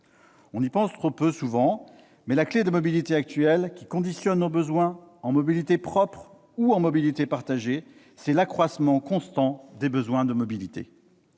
On y pense trop peu souvent, mais la clé de mobilité actuelle qui conditionne nos besoins en mobilité propre ou en mobilité partagée, c'est l'accroissement constant des besoins de mobilité.